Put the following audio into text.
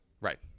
right